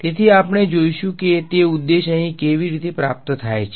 તેથી આપણે જોઈશું કે તે ઉદ્દેશ્ય અહીં કેવી રીતે પ્રાપ્ત થાય છે